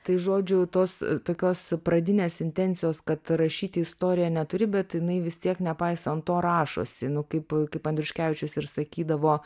tai žodžiu tos tokios pradinės intencijos kad rašyti istoriją neturi bet jinai vis tiek nepaisant to rašosi nu kaip kaip andriuškevičius ir sakydavo